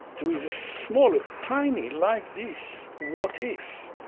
there is a small, a tiny, like this, what if.